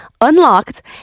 unlocked